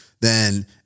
then-